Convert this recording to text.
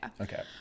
okay